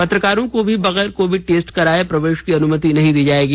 पत्रकारों को भी बगैर कोविड टेस्ट कराये प्रवेश की अनुमति नहीं दी गई है